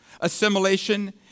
assimilation